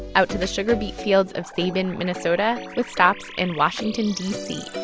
out to the sugar beet fields of sabin, minn, so but with stops in washington d c